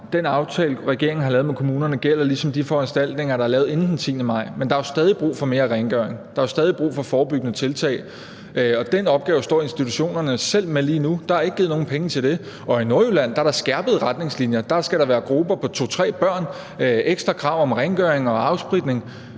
Den aftale, regeringen har lavet med kommunerne, gælder ligesom de foranstaltninger, der er lavet inden den 10. maj, men der er jo stadig brug for mere rengøring, der er stadig brug for forebyggende tiltag. Den opgave står institutionerne selv med lige nu; der er ikke givet nogen penge til det. Og i Nordjylland er der skærpede retningslinjer, der skal der være grupper på to til tre børn, og der er ekstra krav om rengøring og afspritning.